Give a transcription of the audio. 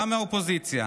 גם מהאופוזיציה,